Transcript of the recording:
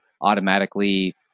automatically